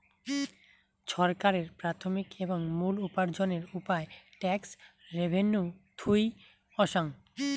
ছরকারের প্রাথমিক এবং মুল উপার্জনের উপায় ট্যাক্স রেভেন্যু থুই অসাং